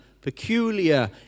peculiar